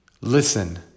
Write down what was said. listen